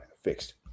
Fixed